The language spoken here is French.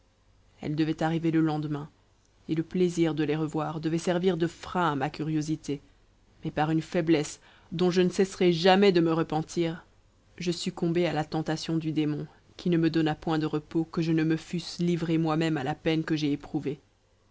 elles devaient arriver le lendemain et le plaisir de les revoir devait servir de frein à ma curiosité mais par une faiblesse dont je ne cesserai jamais de me repentir je succombai à la tentation du démon qui ne me donna point de repos que je ne me fusse livré moi-même à la peine que j'ai éprouvée